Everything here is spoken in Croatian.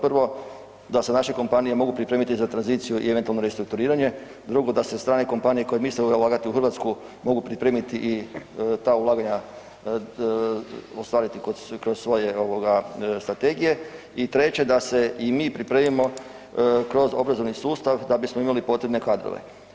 Prvo da se naše kompanije mogu pripremiti za tranziciju i eventualno restrukturiranje, drugo da se strane kompanije koje misle ulagati u Hrvatsku mogu pripremiti i ta ulaganja ostvariti kroz svoje ovoga strategije i treće da se i mi pripremimo kroz obrazovni sustav da bismo imali potrebne kadrove.